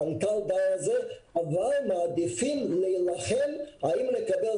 המנכ"ל דן על זה אבל עדיין מעדיפים להילחם האם לקבל